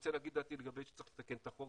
רוצה להגיד את דעתי לגבי שצריך לתקן את החוק